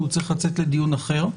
כי הוא צריך לצאת לדיון אחר.